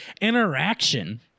interaction